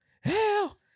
Hell